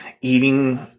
eating